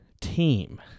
team